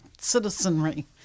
citizenry